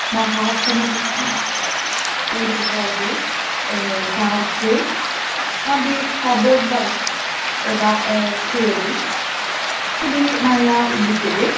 महासने ऊर्ध्वभागे पार्श्वे अपि कब्बोर्ड् बर्क् क्रियते इति मया उद्दिश्यते